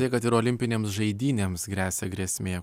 tai kad ir olimpinėms žaidynėms gresia grėsmė